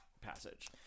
passage